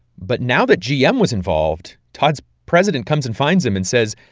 but now that gm was involved, todd's president comes and finds him and says,